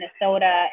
Minnesota